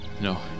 No